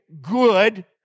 good